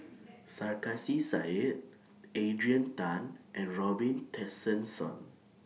Sarkasi Said Adrian Tan and Robin Tessensohn